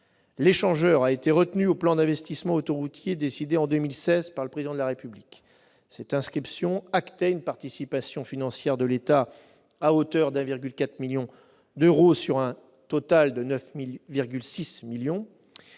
L'échangeur a été retenu dans le plan d'investissement autoroutier décidé en 2016 par le Président de la République. Cette inscription prenait acte d'une participation financière de l'État à hauteur de 1,4 million d'euros, sur un total de 9,6 millions